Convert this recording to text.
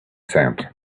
sound